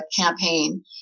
campaign